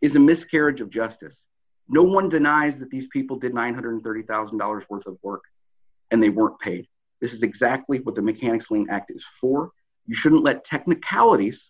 is a miscarriage of justice no one denies that these people get nine hundred and thirty thousand dollars worth of work and they were paid this is exactly what the mechanic's lien act is for you shouldn't let technicalities